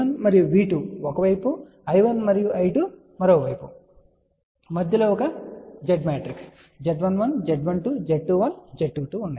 V1 మరియు V2 ఒక వైపు I1 మరియు I2 మరొక వైపు మరియు మధ్యలో ఒక Z matrix Z11 Z12 Z21 Z22 ఉన్నాయి